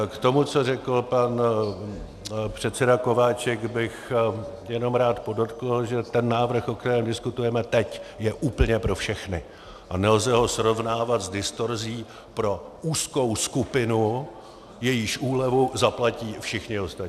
K tomu, co řekl pan předseda Kováčik, bych jenom rád podotkl, že návrh, o kterém diskutujeme teď, je úplně pro všechny a nelze ho srovnávat s distorzí pro úzkou skupinu, jejíž úlevu zaplatí všichni ostatní.